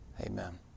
Amen